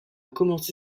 commencé